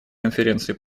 конференции